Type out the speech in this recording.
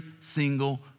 single